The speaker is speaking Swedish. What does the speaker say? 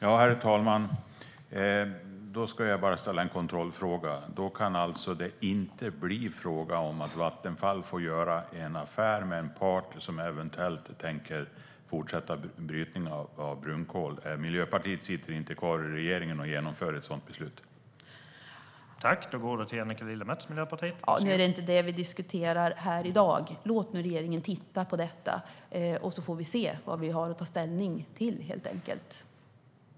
Herr talman! Då ska jag bara ställa en kontrollfråga: Då kan det alltså inte bli fråga om att Vattenfall får göra en affär med en part som eventuellt tänker fortsätta brytning av brunkol - Miljöpartiet sitter inte kvar i regeringen och genomför ett sådant beslut?